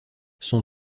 son